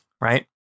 Right